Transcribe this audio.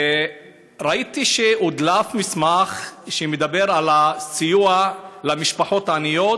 ראיתי שהודלף מסמך שמדבר על הסיוע למשפחות עניות,